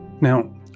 Now